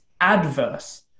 adverse